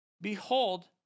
behold